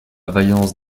vaillance